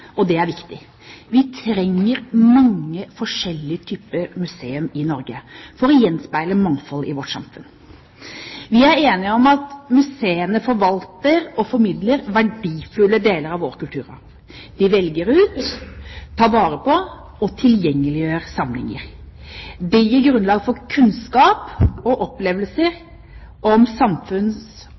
og det er viktig. Vi trenger mange forskjellige typer museer i Norge for å gjenspeile mangfoldet i vårt samfunn. Vi er enige om at museene forvalter og formidler verdifulle deler av vår kulturarv. De velger ut, tar vare på og tilgjengeliggjør samlinger. Det gir grunnlag for kunnskap og opplevelser om samfunns-